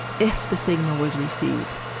if the signal was received!